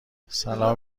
سلام